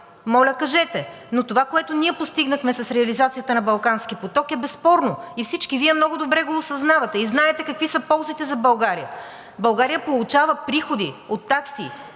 моля, кажете. Но това, което ние постигнахме с реализацията на Балкански поток, е безспорно и всички Вие много добре го осъзнавате и знаете какви са ползите за България. България получава приходи от такси.